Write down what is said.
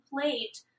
plate